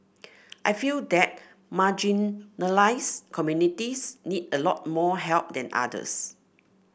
I feel that marginalised communities need a lot more help than others